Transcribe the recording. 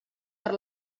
per